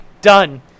Done